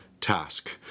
task